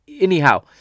anyhow